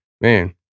Man